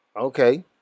Okay